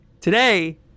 Today